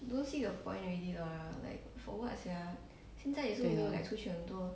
ya